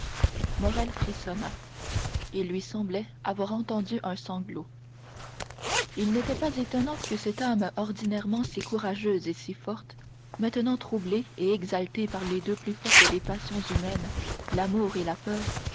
morrel frissonna il lui semblait avoir entendu un sanglot il n'était pas étonnant que cette âme ordinairement si courageuse et si forte maintenant troublée et exaltée par les deux plus fortes des passions humaines l'amour et la peur